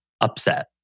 Upset